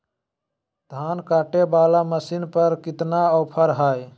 धान कटे बाला मसीन पर कितना ऑफर हाय?